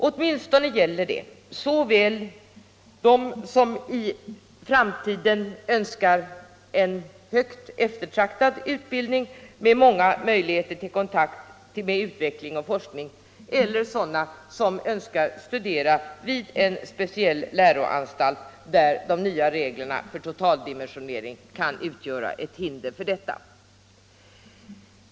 Åtminstone gäller det såväl dem som i framtiden önskar en högt eftertraktad utbildning med många möjligheter till kontakt med utveckling och forskning som dem som önskar studera vid speciella läroanstalter där de nya reglerna för totaldimensionering kan utgöra ett hinder.